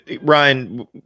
Ryan